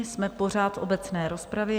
Jsme pořád v obecné rozpravě.